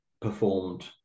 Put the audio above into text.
performed